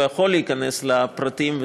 לא יכול להיכנס לפרטים,